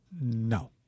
No